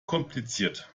kompliziert